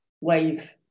wave